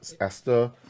esther